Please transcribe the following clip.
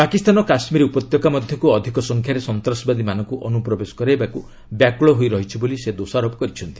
ପାକିସ୍ତାନ କାଶ୍ମୀର ଉପତ୍ୟକା ମଧ୍ୟକୁ ଅଧିକ ସଂଖ୍ୟାରେ ସନ୍ତାସବାଦୀମାନଙ୍କୁ ଅନୁପ୍ରବେଶ କରାଇବାକୁ ବ୍ୟାକୁଳ ହୋଇ ରହିଛି ବୋଲି ସେ ଦୋଷାରୋପ କରିଛନ୍ତି